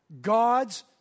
God's